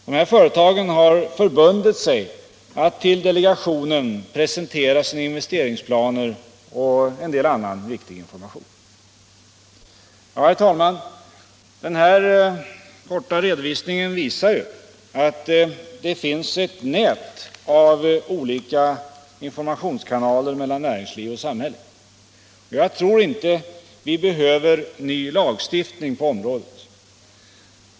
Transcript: De företagen har förbundit sig att för delegationen presentera sina investeringsplaner och en del annan viktig information. Herr talman! Den här korta redovisningen visar att det finns ett nät av olika informationskanaler mellan näringsliv och samhälle. Jag tror inte vi behöver ny lagstiftning på området.